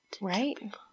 Right